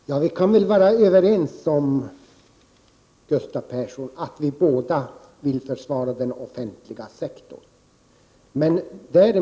Fru talman! Vi kan väl vara överens, Gustav Persson, om att vi båda vill försvara den offentliga sektorn.